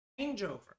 changeover